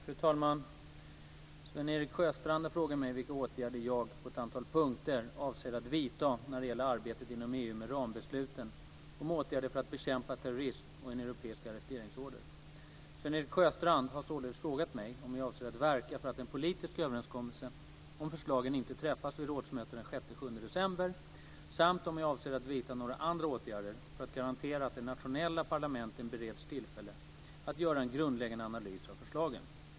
Fru talman! Sven-Erik Sjöstrand har frågat mig vilka åtgärder som jag, på ett antal punkter, avser att vidta när det gäller arbetet inom EU med rambesluten om åtgärder för att bekämpa terrorism och om en europeisk arresteringsorder. Sven-Erik Sjöstrand har således frågat mig om jag avser att verka för att en politisk överenskommelse om förslagen inte träffas vid rådsmötet den 6-7 december samt om jag avser att vidta några andra åtgärder för att garantera att de nationella parlamenten bereds tillfälle att göra en grundläggande analys av förslagen.